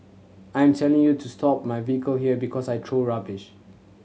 I am telling you to stop my vehicle here because I throw rubbish